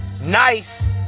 nice